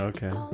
Okay